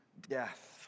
death